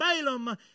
Balaam